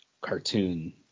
cartoon